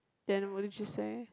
then what would you say